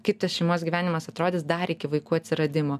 kaip tas šeimos gyvenimas atrodys dar iki vaikų atsiradimo